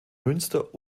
münster